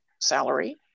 salary